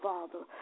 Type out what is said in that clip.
Father